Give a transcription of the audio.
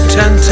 ten